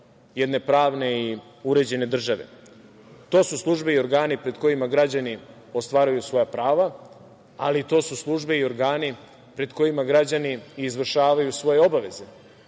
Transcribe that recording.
jedne pravne i uređene države. To su službe i organi pred kojima građani ostvaruju svoja prava, ali to su službe i organi pred kojima građani i izvršavaju svoje obaveze,